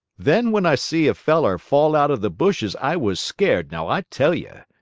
then when i see a feller fall out of the bushes i was scared, now i tell ye.